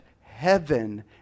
heaven